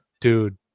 Dude